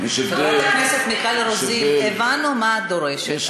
חברת הכנסת מיכל רוזין, הבנו מה את דורשת.